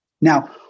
Now